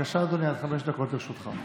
אחר כך אנחנו מתווכחים.